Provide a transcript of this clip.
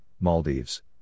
Maldives